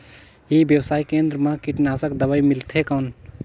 ई व्यवसाय केंद्र मा कीटनाशक दवाई मिलथे कौन?